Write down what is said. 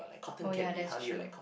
oh ya that's true